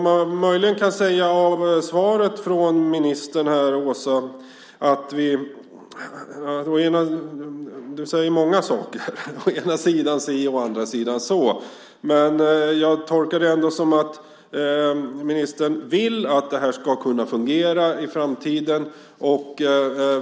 Ministern säger många saker i svaret, å ena sidan si och å andra sidan så. Jag tolkar det ändå som att ministern vill att det här ska kunna fungera i framtiden.